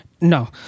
No